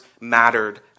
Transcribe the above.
mattered